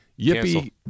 yippee